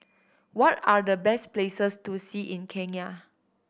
what are the best places to see in Kenya